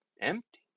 empty